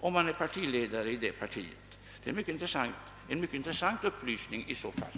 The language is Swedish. om man är ledare för det partiet? Det är i så fall en mycket intressant företeelse.